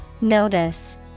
Notice